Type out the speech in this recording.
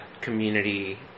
community